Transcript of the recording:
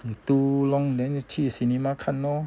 too long then 就去 cinema 看咯